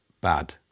bad